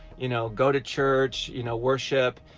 you know go to church, you know worship,